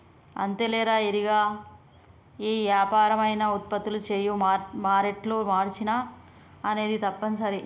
అంతేలేరా ఇరిగా ఏ యాపరం అయినా ఉత్పత్తులు చేయు మారేట్ల మార్చిన అనేది తప్పనిసరి